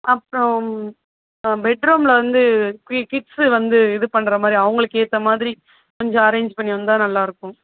அப்புறோம் அ பெட் ரூமில் வந்து கி கிட்ஸ் வந்து இது பண்ணுற மாதிரி அவங்களுக்கு ஏற்ற மாதிரி கொஞ்சம் அரேஞ் பண்ணியிருந்தா நல்லா இருக்கும்